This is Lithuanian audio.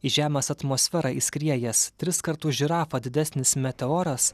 į žemės atmosferą įskriejęs tris kartus žirafą didesnis meteoras